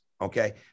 Okay